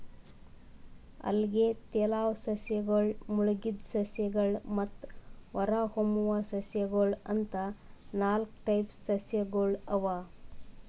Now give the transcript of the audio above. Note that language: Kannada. ಅಲ್ಗೆ, ತೆಲುವ್ ಸಸ್ಯಗಳ್, ಮುಳಗಿದ್ ಸಸ್ಯಗಳ್ ಮತ್ತ್ ಹೊರಹೊಮ್ಮುವ್ ಸಸ್ಯಗೊಳ್ ಅಂತಾ ನಾಲ್ಕ್ ಟೈಪ್ಸ್ ಜಲಸಸ್ಯಗೊಳ್ ಅವಾ